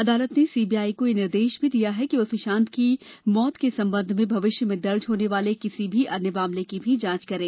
अदालत ने सीबीआई को यह निर्देश भी दिया कि वह सुशांत की मृत्यु के संबंध में भविष्य में दर्ज होने वाले किसी अन्य मामले की भी जांच करें